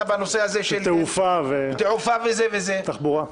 בנושא הזה של התעופה --- תעופה ותחבורה.